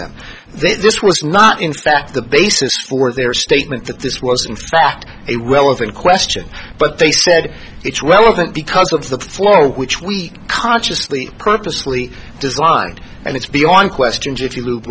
them this was not in fact the basis for their statement that this was in fact a relevant question but they said it's relevant because it's the flow which we consciously purposely the design and it's beyond question